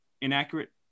inaccurate